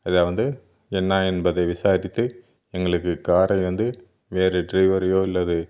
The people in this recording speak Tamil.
இதை வந்து என்ன என்பதை விசாரித்து எங்களுக்கு காரை வந்து வேறு ட்ரைவரையோ இல்லது